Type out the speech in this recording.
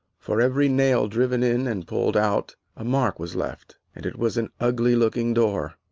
for every nail driven in and pulled out a mark was left, and it was an ugly looking door.